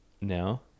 now